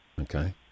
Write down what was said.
Okay